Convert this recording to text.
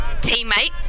teammate